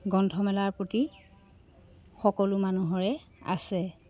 গ্ৰন্থমেলাৰ প্ৰতি সকলো মানুহৰে আছে